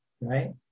right